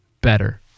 better